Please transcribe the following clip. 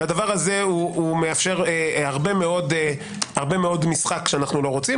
והדבר הזה מאפשר הרבה מאוד משחק שאיננו רוצים.